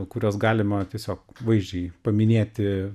kuriuos galima tiesiog vaizdžiai paminėti